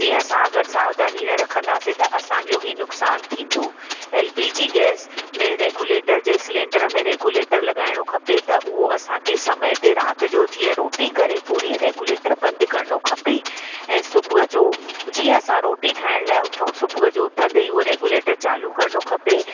जीअं असां अगरि सावधानी न रखंदासीं त असांजो ई नुक़सानु थींदो एल पी जी गैस में रेगुलेटर जे सिलैंडर में रेगुलेटर लॻाइणो खपे त उहो असांखे समय ते राति जो जीअं रोटी करे पूरी रेगुलेटर बंदि करिणो खपे ऐं सुबुह जो जीअं असां रोटी ठाहिण लाइ उथूं सुबुह जो उथंदे ई उहो रेगुलेटर चालू करिणो खपे